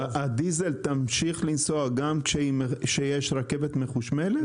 הדיזל תמשיך לנסוע גם כשיש רכבת מחושמלת?